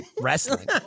wrestling